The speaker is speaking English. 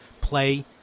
play